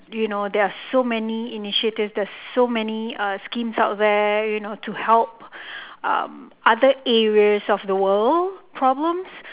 you know there are so many initiatives there are so many schemes out there you know to help other areas of the world problems